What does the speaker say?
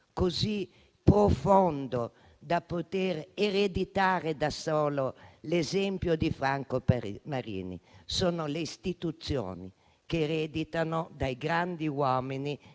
così profondi da poter ereditare da soli l'esempio di Franco Marini. Sono le istituzioni che ricevono, dai grandi uomini